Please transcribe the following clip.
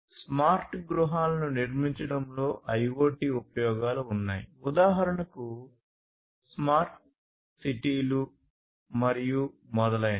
smart గృహాలను నిర్మించడంలో IoT ఉపయోగాలు ఉన్నాయి ఉదాహరణకు స్మార్ట్ సిటీలు మరియు మొదలైనవి